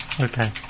okay